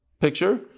picture